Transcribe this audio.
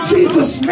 Jesus